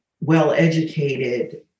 well-educated